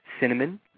cinnamon